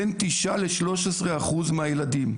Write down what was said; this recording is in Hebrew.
בין תשעה ל-13 אחוז מהילדים,